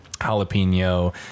jalapeno